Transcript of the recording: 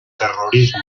terrorismo